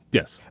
yes.